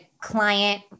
client